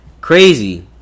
crazy